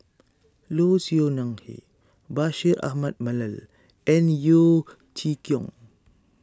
Low Siew Nghee Bashir Ahmad Mallal and Yeo Chee Kiong